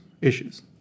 issues